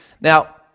Now